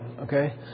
okay